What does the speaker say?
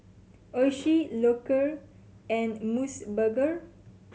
Oishi Loacker and Mos Burger